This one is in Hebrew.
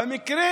במקרה